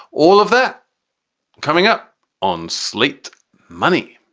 all of that coming up on slate money.